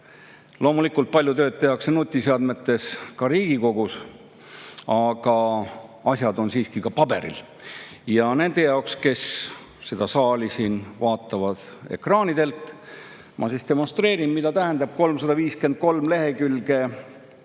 Loomulikult, palju tööd tehakse nutiseadmetes ka Riigikogus, aga asjad on siiski ka paberil. Nende jaoks, kes seda saali siin vaatavad ekraanidelt, ma demonstreerin, mida tähendab selle